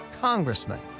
congressman